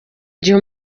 gihe